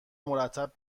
مرتب